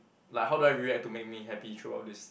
like how do I react to make me happy throughout this